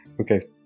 Okay